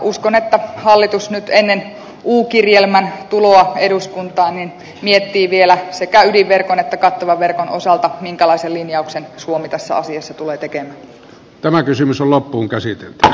uskon että hallitus nyt ennen u kirjelmän tuloa eduskuntaan miettii vielä sekä ydinverkon että kattavan verkon osalta minkälaisen linjauksen suomi tässä asiassa tulee tekemään